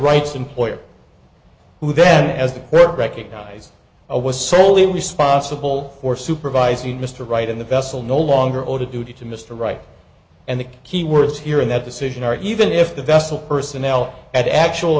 rights employer who then as the group recognized i was solely responsible for supervising mr right in the vessel no longer owed a duty to mr right and the key words here in that decision are even if the vessel personnel at actual